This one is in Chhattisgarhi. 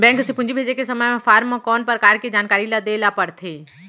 बैंक से पूंजी भेजे के समय फॉर्म म कौन परकार के जानकारी ल दे ला पड़थे?